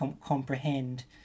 comprehend